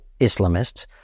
Islamists